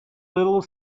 little